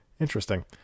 Interesting